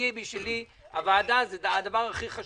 בשבילי, הוועדה היא הדבר הכי חשוב.